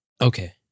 Okay